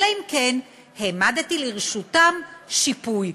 אלא אם כן העמדתי לרשותם שיפוי,